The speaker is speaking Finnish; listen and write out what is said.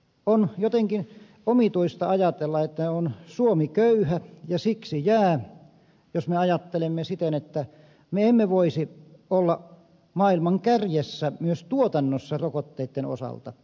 on jotenkin omituista ajatella että on suomi köyhä ja siksi jää jos me ajattelemme siten että me emme voisi olla maailman kärjessä myös tuotannossa rokotteitten osalta